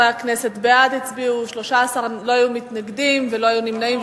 בעד, 13, לא היו מתנגדים, לא היו נמנעים.